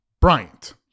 Bryant